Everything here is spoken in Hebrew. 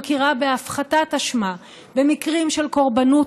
היא מכירה בהפחתת אשמה במקרים של קורבנות